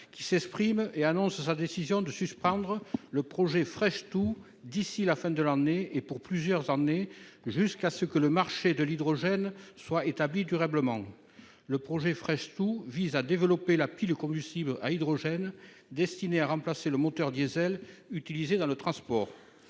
s'est exprimée et a annoncé sa décision de suspendre le projet FresH2 d'ici à la fin 2023, et cela pour plusieurs années, jusqu'à ce que le marché de l'hydrogène soit durablement établi. Je le rappelle, le projet FresH2 vise à développer la pile combustible à hydrogène destinée à remplacer le moteur diesel utilisé dans le transport.